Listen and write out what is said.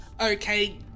Okay